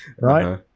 right